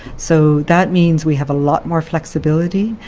so that means we have a lot more flexibility.